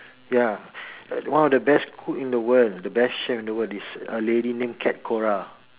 ya uh one of the best cook in the world the best chef in the world is a lady named cat-cora